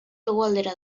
hegoaldera